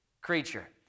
creature